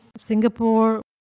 Singapore